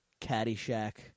Caddyshack